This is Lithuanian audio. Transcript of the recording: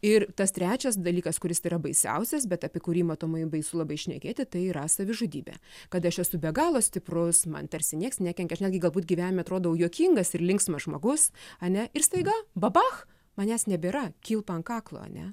ir tas trečias dalykas kuris yra baisiausias bet apie kurį matomai baisu labai šnekėti tai yra savižudybė kad aš esu be galo stiprus man tarsi nieks nekenkia aš netgi galbūt gyvenime atrodau juokingas ir linksmas žmogus ane ir staiga babach manęs nebėra kilpa ant kaklo ane